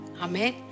amen